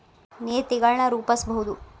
ನೇತಿಗಳನ್ ರೂಪಸ್ಬಹುದು